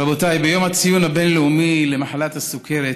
רבותיי, בציון היום הבין-לאומי למחלת הסוכרת